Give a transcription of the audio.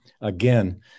again